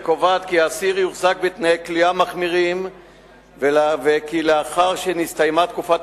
וקובעת כי האסיר יוחזק בתנאי כליאה מחמירים וכי לאחר שנסתיימה תקופת